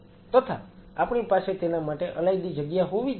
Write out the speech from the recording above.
તથા આપણી પાસે તેના માટે અલાયદી જગ્યા હોવી જ જોઈએ